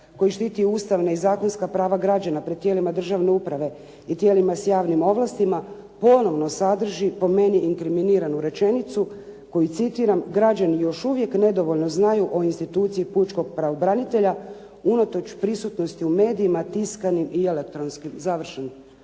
koji je štitio ustavne i zakonska prava građana pred tijelima državne uprave i tijelima s javnim ovlastima ponovno sadrži po meni inkriminiranu rečenicu koju citiram, "građani još uvijek nedovoljno znaju o instituciji pučkog pravobranitelja unatoč prisutnosti u medijima, tiskanim i elektronskim", završen